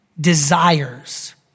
desires